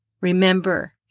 Remember